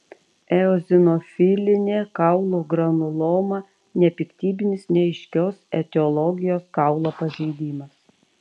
eozinofilinė kaulų granuloma nepiktybinis neaiškios etiologijos kaulo pažeidimas